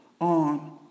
on